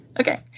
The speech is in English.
Okay